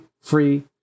free